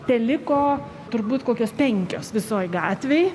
teliko turbūt kokios penkios visoj gatvėj